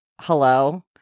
Hello